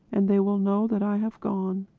and they will know that i have gone.